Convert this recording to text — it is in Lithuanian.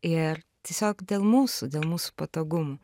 ir tiesiog dėl mūsų dėl mūsų patogumų